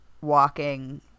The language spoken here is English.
walking